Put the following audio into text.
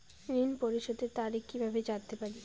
ঋণ পরিশোধের তারিখ কিভাবে জানতে পারি?